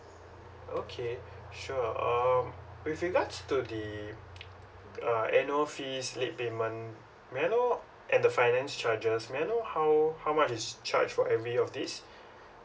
okay sure um with regards to the uh annual fees late payment may I know and the finance charges may I know how how much is charged for every of this